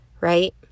right